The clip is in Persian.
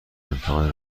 امتحان